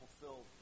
fulfilled